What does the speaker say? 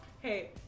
Hey